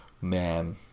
Man